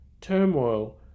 Turmoil